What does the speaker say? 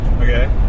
Okay